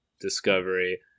discovery